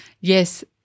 Yes